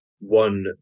one